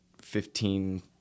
fifteen